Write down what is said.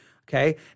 Okay